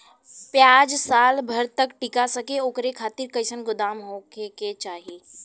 प्याज साल भर तक टीका सके ओकरे खातीर कइसन गोदाम होके के चाही?